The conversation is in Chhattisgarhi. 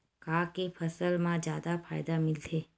का के फसल मा जादा फ़ायदा मिलथे?